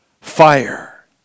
fire